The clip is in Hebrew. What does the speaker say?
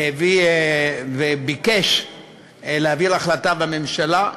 וביקש להעביר החלטה בממשלה,